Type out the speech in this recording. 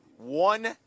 One